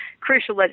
crucial